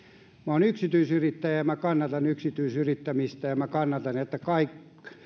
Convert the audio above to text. olen yksityisyrittäjä ja kannatan yksityisyrittämistä ja kannatan